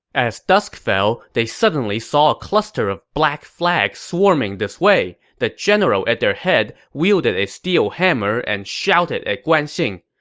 as the dusk fell, they suddenly saw a cluster of black flags swarming this way. the general at their head wielded a steel hammer and shouted at guan xing,